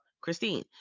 Christine